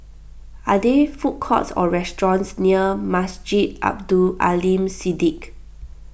are there food courts or restaurants near Masjid Abdul Aleem Siddique